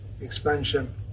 expansion